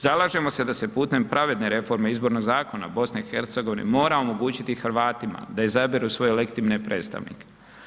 Zalažemo se da se putem pravedne reforme izbornog zakona BiH mora omogućiti Hrvatima da izaberu svoje lektimne predstavnike.